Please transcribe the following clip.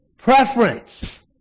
Preference